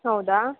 ಹೌದಾ